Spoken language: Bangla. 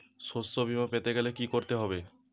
শষ্যবীমা পেতে গেলে কি করতে হবে?